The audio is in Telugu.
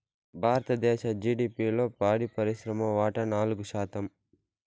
భారతదేశ జిడిపిలో పాడి పరిశ్రమ వాటా నాలుగు శాతం